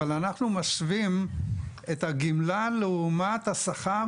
אבל אנחנו משווים את הגמלה לעומת השכר